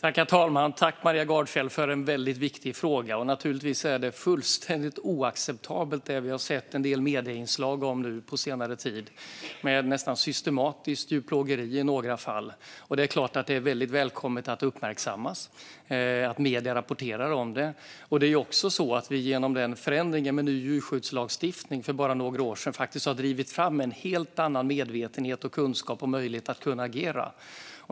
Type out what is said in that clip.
Herr talman! Jag tackar Maria Gardfjell för en väldigt viktig fråga. Naturligtvis är det som vi har sett i en del inslag i medierna på senare tid helt oacceptabelt med nästan systematiskt djurplågeri i några fall. Det är klart att det är väldigt välkommet att det uppmärksammas och att medierna rapporterar om det. Genom förändringen med ny djurskyddslagstiftning för bara några år sedan har vi faktiskt drivit fram en helt annan medvetenhet, kunskap och möjlighet att agera.